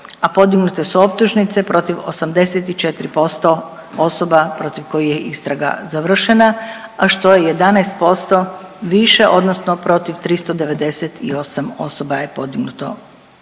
a podignute su optužnice protiv 84% osoba protiv kojih je istraga završena, a što je 11% više odnosno protiv 398 osoba je podignuto,